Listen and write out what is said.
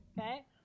Okay